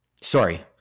Sorry